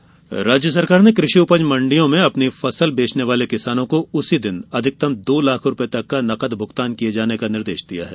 मण्डी भुगतान राज्य सरकार ने कृषि उपज मण्डियों में अपनी फसल विक्रय करने वाले किसानों को उसी दिन अधिकतम दो लाख रुपये तक का नकद भूगतान करने का निर्देश दिया है